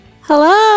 Hello